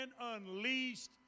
unleashed